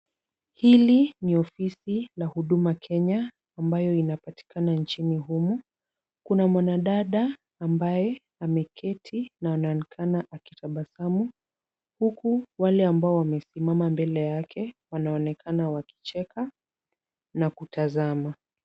Hili ni ofisi la huduma Kenya, ambayo inapatikana nchini humu. Kuna mwanadada ambaye ameketi na anaonekana akitabasamu huku wale ambao wamesimama mbele yake wanaonekana wakicheka na kutazama.